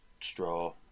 straw